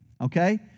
Okay